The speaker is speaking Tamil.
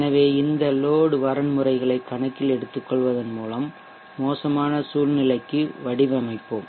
எனவே இந்த லோட் வரன்முறைகளை கணக்கில் எடுத்துக்கொள்வதன் மூலம் மோசமான சூழ்நிலை க்கு வடிவமைப்போம்